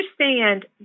understand